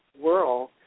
world